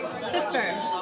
Sister